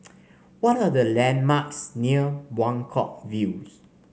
what are the landmarks near Buangkok Views